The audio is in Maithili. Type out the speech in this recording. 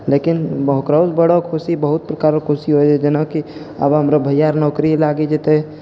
लेकिन ओकरोसँ बड़ो खुशी बहुत प्रकार रऽ खुशी होइ छै जेनाकि आब हमरा भइआ रऽ नौकरी लागि जेतै